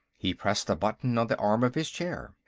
he pressed a button on the arm of his chair.